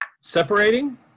Separating